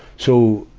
so,